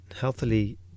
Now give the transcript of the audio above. healthily